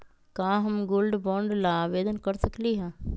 का हम gold bond ला आवेदन कर सकली ह?